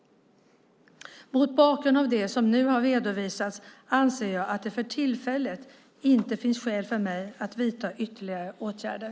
Mot bakgrund av det som nu har redovisats anser jag att det för tillfället inte finns skäl för mig att vidta ytterligare åtgärder.